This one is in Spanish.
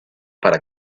para